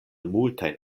multajn